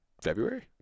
February